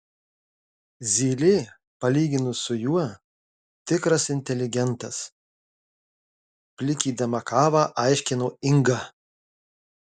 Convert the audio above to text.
zylė palyginus su juo tikras inteligentas plikydama kavą aiškino inga